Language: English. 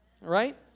right